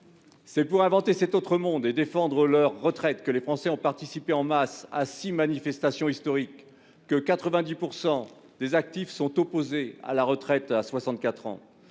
C'est pour inventer cet autre monde et défendre leur retraite que les Français ont participé en masse à six manifestations historiques et que 90 % des actifs sont opposés à la retraite à 64 ans.